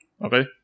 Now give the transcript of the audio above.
Okay